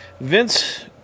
Vince